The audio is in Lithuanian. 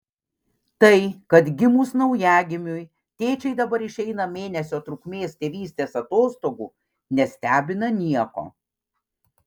tai kad gimus naujagimiui tėčiai dabar išeina mėnesio trukmės tėvystės atostogų nestebina nieko